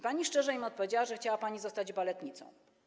Pani szczerze im odpowiedziała, że chciała pani zostać baletnicą.